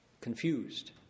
confused